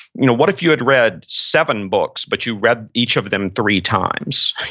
you know what if you had read seven books but you read each of them three times,